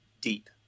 deep